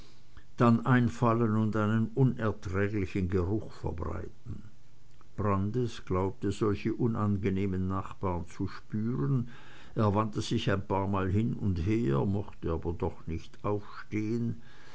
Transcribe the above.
dann einfallen und einen unerträglichen geruch verbreiten brandis glaubt solche unangenehmen nachbarn zu spüren er wandte sich ein paarmal hin und her mochte aber doch nicht aufstehen